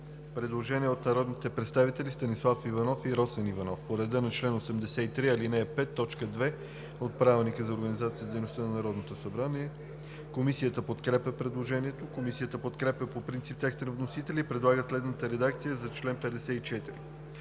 предложение от народния представител Станислав Иванов по реда на чл. 83, ал. 5, т. 2 от Правилника. Комисията подкрепя предложението. Комисията подкрепя по принцип текста на вносителя и предлага следната редакция за чл.